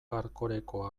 hardcoreko